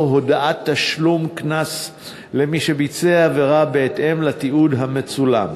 הודעת תשלום קנס למי שביצע עבירה בהתאם לתיעוד המצולם.